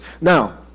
Now